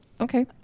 okay